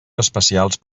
especials